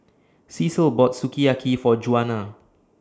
Cecile bought Sukiyaki For Djuana